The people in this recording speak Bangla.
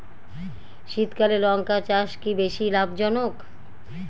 শীতকালে লঙ্কা চাষ কি বেশী লাভজনক?